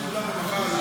קרה?